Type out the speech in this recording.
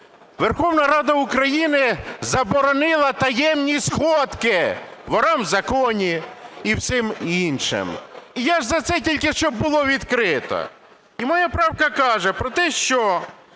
Верховна Рада України заборонила таємні сходки "ворам в законі" і всім іншим. І я ж за це, тільки щоб було відкрито. І моя правка каже про те, що